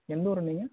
எந்த ஊர் நீங்கள்